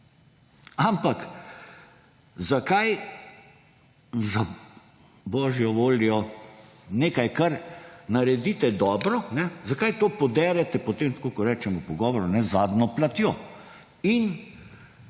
Ampak zakaj, za božjo voljo, nekaj, kar naredite dobro, zakaj to podrete potem, tako kot rečemo v pogovoru, z zadnjo platjo in